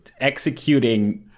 executing